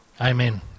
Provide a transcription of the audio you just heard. Amen